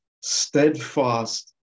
steadfast